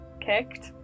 kicked